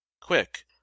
quick